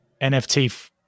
NFT